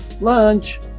lunch